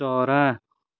चरा